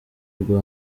rwa